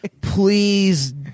Please